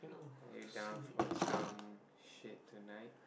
are you down for some shit tonight